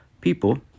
People